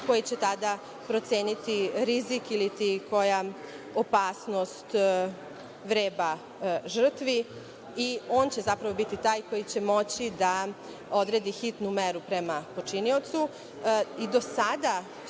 koji će tada proceniti rizik ili koja opasnost vreba žrtvi. On će zapravo biti taj koji će moći da odredi hitnu meru prema počiniocu.I